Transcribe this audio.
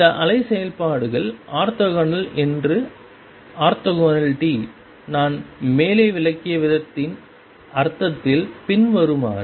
இந்த அலை செயல்பாடுகள் ஆர்த்தோகனல் என்று ஆர்த்தோகனாலிட்டி நான் மேலே விளக்கிய விதத்தின் அர்த்தத்தில் பின்வருமாறு